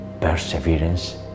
perseverance